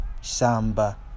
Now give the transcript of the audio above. Samba